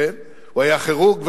הוא היה כירורג,